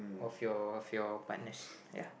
of your of your partners